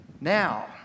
now